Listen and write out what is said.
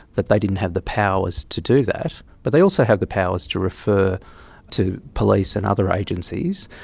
that they didn't have the powers to do that, but they also have the powers to refer to police and other agencies,